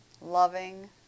loving